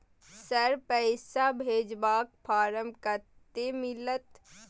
Sir, पैसा भेजबाक form कत्ते मिलत?